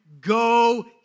go